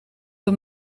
hem